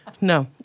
No